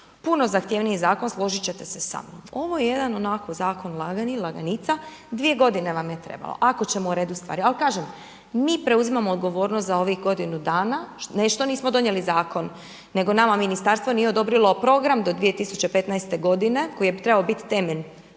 Puno zahtjevniji zakon složit ćete se sa mnom. Ovo je jedan onako zakon lagani, laganica dvije godine vam je trebalo. Ako ćemo u redu stvari, ali kažem mi preuzimamo odgovornost za ovih godinu dana, ne što nismo donijeli zakon, nego nama ministarstvo nije odobrilo program do 2015. godine koji je trebao biti temelj.